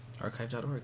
Archive.org